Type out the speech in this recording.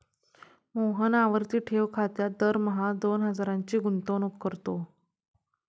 मोहन आवर्ती ठेव खात्यात दरमहा दोन हजारांची गुंतवणूक करतो